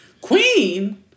queen